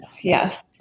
yes